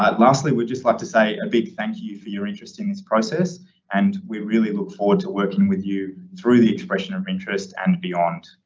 ah lastly, we'd just like to say a big thank you for your interesting in this process and we really look forward to working with you through the expression of interest and beyond.